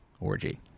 orgy